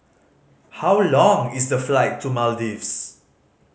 how long is the flight to Maldives